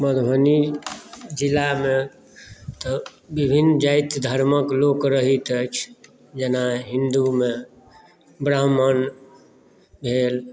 मधुबनी जिलामे तऽ विभिन्न जाति धर्मक लोक रहैत अछि जेना हिन्दुमे ब्राम्हण भेल